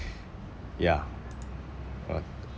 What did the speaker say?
yeah uh